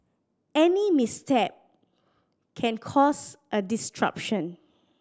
any misstep can cause a disruption